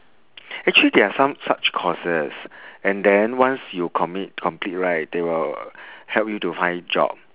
actually there are some such courses and then once you commit complete right they will help you to find job